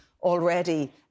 Already